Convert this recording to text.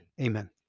Amen